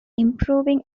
improving